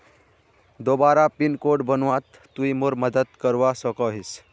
दोबारा pin code बनवात तुई मोर मदद करवा सकोहिस?